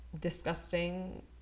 disgusting